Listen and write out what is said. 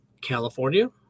California